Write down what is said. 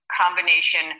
combination